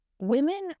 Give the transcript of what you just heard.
Women